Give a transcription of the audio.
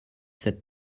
cette